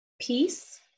peace